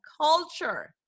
culture